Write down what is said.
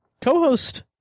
co-host